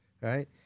right